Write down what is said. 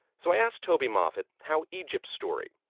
so, i asked toby moffett how egypt's story,